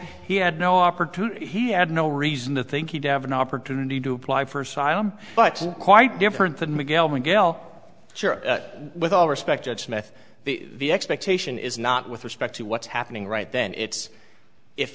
he had no opportunity he had no reason to think he'd have an opportunity to apply for asylum but quite different than miguel miguel with all respect at smith the expectation is not with respect to what's happening right then it's if